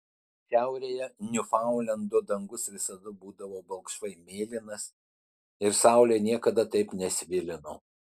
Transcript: šiaurėje niufaundlendo dangus visada būdavo balkšvai mėlynas ir saulė niekada taip nesvilino